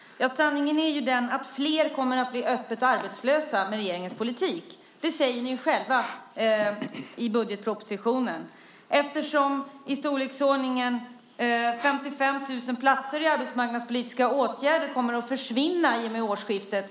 Herr talman! Sanningen är att fler kommer att bli öppet arbetslösa med regeringens politik. Det säger ni själva i budgetpropositionen. I storleksordningen 55 000 platser i arbetsmarknadspolitiska åtgärder kommer att försvinna i och med årsskiftet.